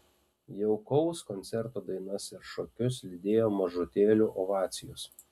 jaukaus koncerto dainas ir šokius lydėjo mažutėlių ovacijos